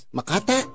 Makata